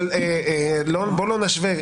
בוא לא נשווה,